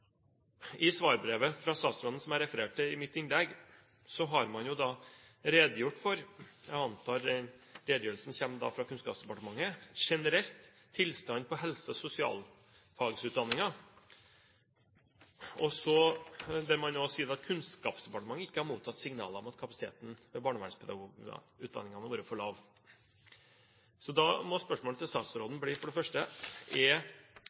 I svarbrevet fra statsråden, som jeg refererte fra i mitt innlegg, har man redegjort for – jeg antar den redegjørelsen kommer fra Kunnskapsdepartementet – generelt tilstanden på helse- og sosialfagsutdanningen. Og når man sier at Kunnskapsdepartementet ikke har mottatt signaler om at kapasiteten ved barnevernspedagogutdanningen har vært for lav, må spørsmålet til statsråden bli for det første: Er